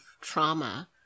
trauma